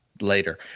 later